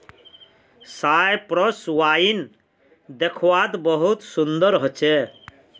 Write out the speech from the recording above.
Cyprus wine दाख्वात बहुत सुन्दर होचे